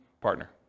partner